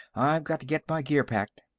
i've got to get my gear packed.